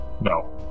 No